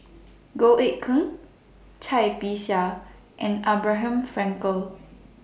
Goh Eck Kheng Cai Bixia and Abraham Frankel